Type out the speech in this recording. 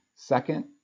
Second